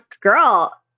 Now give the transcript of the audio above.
Girl